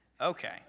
Okay